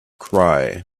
cry